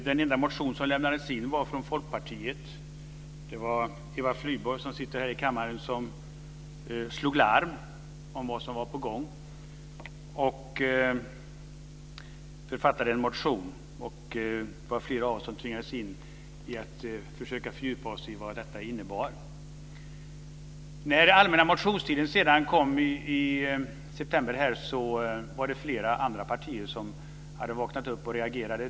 Den enda motion som lämnades in var från Folkpartiet. Det var Eva Flyborg, som sitter här i kammaren, som slog larm om vad som var på gång och författade en motion. Det var flera av oss som tvingades försöka fördjupa oss i vad detta innebar. När den allmänna motionstiden sedan kom i september var det flera andra partier som hade vaknat upp och som reagerade.